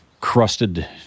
crusted